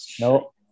no